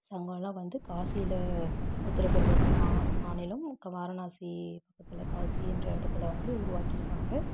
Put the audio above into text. சங்கம்லாம் வந்து காசியில் உத்திரப்பிரதேச மாநிலம் வாரணாசி பக்கத்தில் காசின்ற இடத்துல வந்து உருவாக்கியிருக்காங்க